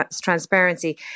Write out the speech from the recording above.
transparency